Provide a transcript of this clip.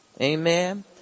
Amen